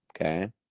okay